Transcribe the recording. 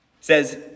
says